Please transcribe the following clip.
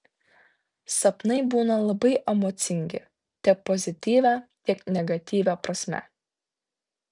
sapnai būna labai emocingi tiek pozityvia tiek negatyvia prasme